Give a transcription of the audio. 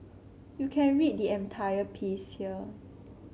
you can read the entire piece here